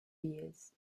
years